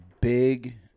big